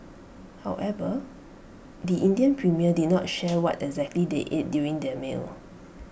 however the Indian premier did not share what exactly they ate during their meal